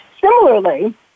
Similarly